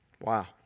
Wow